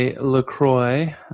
LaCroix